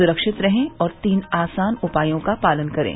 सुरक्षित रहें और तीन आसान उपायों का पालन करें